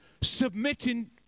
submitting